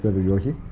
ah majority.